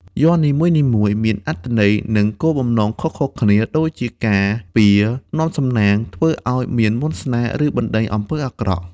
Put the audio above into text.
យ័ន្តនីមួយៗមានអត្ថន័យ និងគោលបំណងខុសៗគ្នា ដូចជាការពារ នាំសំណាង ធ្វើឱ្យមានមន្តស្នេហ៍ ឬបណ្តេញអំពើអាក្រក់។